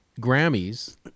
Grammys